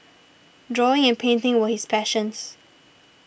drawing and painting were his passions